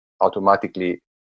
automatically